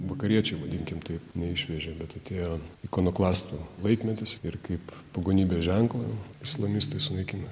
vakariečiai vadinkim taip neišvežė bet atėjo ikonoklastų laikmetis ir kaip pagonybės ženklą islamistai sunaikino